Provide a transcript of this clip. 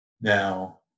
now